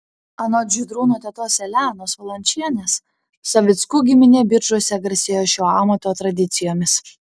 anot žydrūno tetos elenos valančienės savickų giminė biržuose garsėjo šio amato tradicijomis